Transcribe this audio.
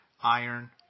iron